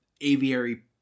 aviary